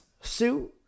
suit